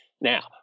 Now